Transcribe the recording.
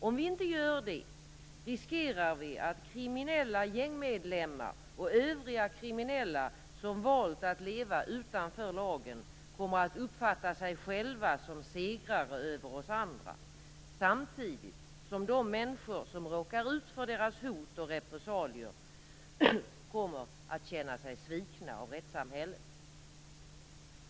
Om vi inte gör det riskerar vi att kriminella gängmedlemmar och övriga kriminella som valt att leva utanför lagen kommer att uppfatta sig själva som segrare över oss andra, samtidigt som de människor som råkar ut för deras hot och repressalier kommer att känna sig svikna av rättssamhället.